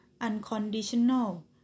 unconditional